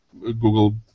Google